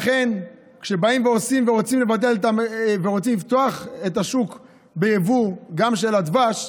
לכן כשרוצים לפתוח את השוק גם ליבוא של דבש,